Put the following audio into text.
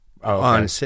on